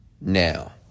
now